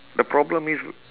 the problem is